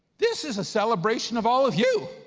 this is a celebration of all of you.